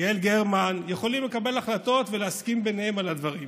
ויעל גרמן יכולים לקבל החלטות ולהסכים ביניהם על הדברים.